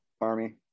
Army